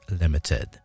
limited